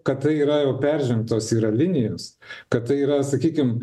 kad tai yra jau peržengtos yra linijos kad tai yra sakykim